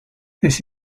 this